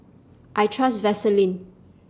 I Trust Vaselin